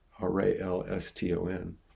R-A-L-S-T-O-N